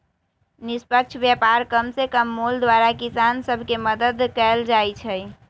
निष्पक्ष व्यापार कम से कम मोल द्वारा किसान सभ के मदद कयल जाइ छै